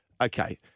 okay